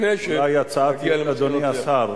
לפני ------ אדוני השר,